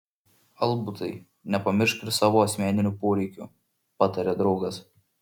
albutai nepamiršk ir savo asmeninių poreikių patarė draugas